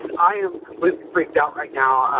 and i am completely freaked out right now.